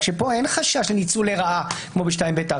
כשפה אין חשש לניצול לרעה כמו ב-2ב(4),